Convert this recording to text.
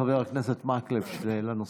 חבר הכנסת מקלב, שאלה נוספת.